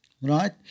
Right